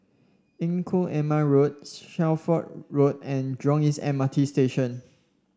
Engku Aman Road Shelford Road and Jurong East M R T Station